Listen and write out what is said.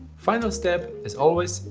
final step, as always,